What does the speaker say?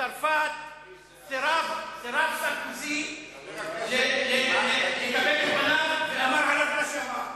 בצרפת סרקוזי סירב לקבל את פניו ואמר את מה שאמר.